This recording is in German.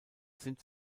sind